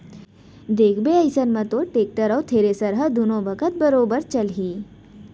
देखबे अइसन म तोर टेक्टर अउ थेरेसर ह दुनों बखत बरोबर चलही